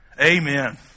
Amen